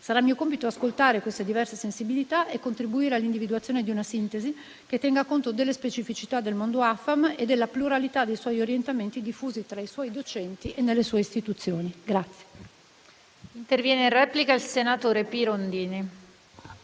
Sarà mio compito ascoltare queste diverse sensibilità e contribuire all'individuazione di una sintesi, che tenga conto delle specificità del mondo AFAM e della pluralità dei suoi orientamenti diffusi tra i suoi docenti e nelle sue istituzioni.